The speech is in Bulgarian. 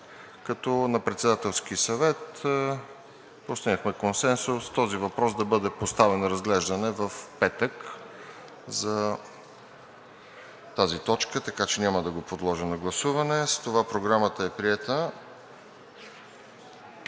като на Председателски съвет постигнахме консенсус този въпрос да бъде поставен на разглеждане в петък за тази точка, така че няма да го подложа на гласуване. С това Програмата е приета.